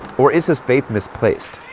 or is his faith misplaced?